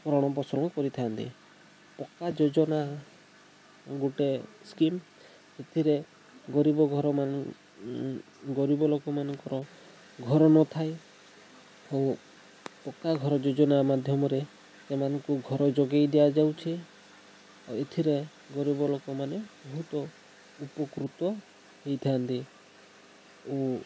ଭରଣପୋଷଣ କରିଥାନ୍ତି ପକ୍କା ଯୋଜନା ଗୋଟେ ସ୍କିମ୍ ସେଥିରେ ଗରିବ ଘର ଗରିବ ଲୋକମାନଙ୍କର ଘର ନଥାଏ ଓ ପକ୍କା ଘର ଯୋଜନା ମାଧ୍ୟମରେ ସେମାନଙ୍କୁ ଘର ଯୋଗାଇ ଦିଆଯାଉଛି ଆଉ ଏଥିରେ ଗରିବ ଲୋକମାନେ ବହୁତ ଉପକୃତ ହେଇଥାନ୍ତି ଓ